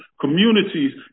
communities